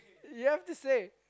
you have to say